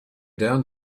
down